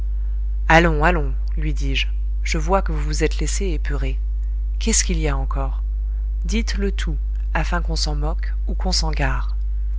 allons allons lui dis-je je vois que vous vous êtes laissé épeurer qu'est-ce qu'il y a encore dites le tout afin qu'on s'en moque ou qu'on